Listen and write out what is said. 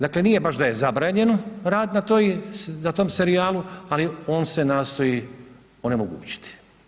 Dakle, nije baš da je zabranjeno rad na toj, na tom serijalu, ali on se nastoji onemogućiti.